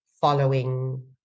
following